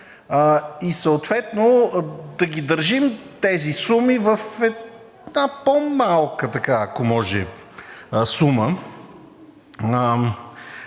и съответно да държим тези суми в една по-малка така,